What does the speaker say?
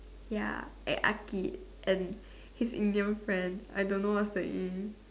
ya and arch and his Indian friend I don't know what's the name